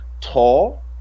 tall